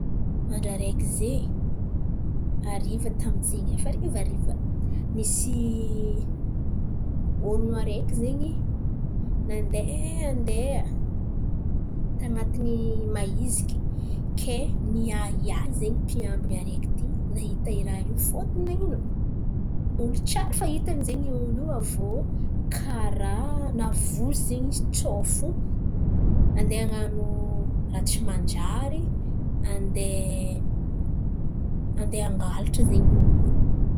Andra areky ze, ariva taminy zin̈y, fa ariva ariva nisy ôlôn̈o areky zen̈y nandeha. Nandeha tan̈atiny mahiziky, kay miahiahy zen̈y mpiambin̈y areky ity, nahita iraha io fôtony nan̈ino? Ôlo tsiaro fa hitany zen̈y olo io. Avô karà navozo zen̈y izy tsô fo andeha an̈ano raha tsy manjary, andeha andeha angalatra zen̈y olo io.